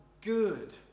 good